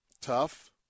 tough